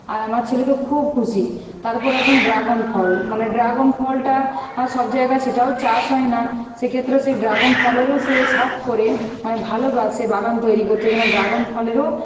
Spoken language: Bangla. আর আমার ছেলে তো খুব খুশি তারপর এখন ড্রাগন ফল মানে ড্রাগন ফলটা সব জায়গা সেটাও চাষ হয় না সেক্ষেত্রে সেই ড্রাগন ফলেরও সে শখ করে মানে ভালোবাসে বাগান তৈরি করতে ওই জন্য ড্রাগন ফলেরও